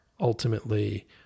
ultimately